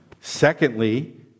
Secondly